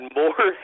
more